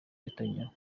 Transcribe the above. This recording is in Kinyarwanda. netanyahu